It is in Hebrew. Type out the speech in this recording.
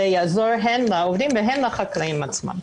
יעזור הן לעובדים והן לחקלאים עצמם.